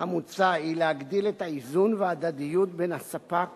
המוצע היא להגדיל את האיזון וההדדיות בין הספק